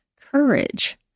courage